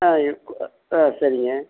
இருக் சரிங்க